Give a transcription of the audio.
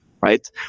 right